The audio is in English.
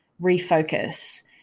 refocus